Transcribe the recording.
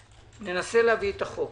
ננסה להביא את החוק.